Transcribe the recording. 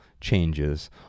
Changes